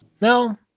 no